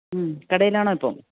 കടയിലാണോ ഇപ്പോള്